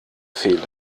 fehlen